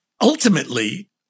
Ultimately